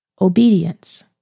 obedience